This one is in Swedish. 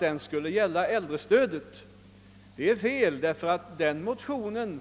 Den skulle gälla äldrestödet. Det är fel, ty den motionen